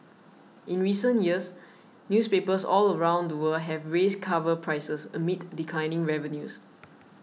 in recent years newspapers all around the world have raised cover prices amid declining revenues